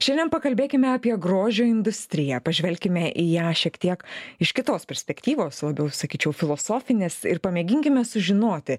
šiandien pakalbėkime apie grožio industriją pažvelkime į ją šiek tiek iš kitos perspektyvos labiau sakyčiau filosofinės ir pamėginkime sužinoti